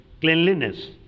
Cleanliness